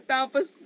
Tapos